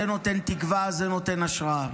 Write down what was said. זה נותן תקווה, זה נותן השראה.